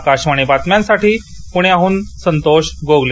आकाशवाणी बातम्यांसाठी पुण्याहून संतोष गोगले